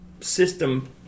System